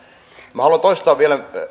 minä haluan toistaa vielä